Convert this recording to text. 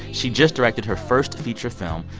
she just directed her first feature film.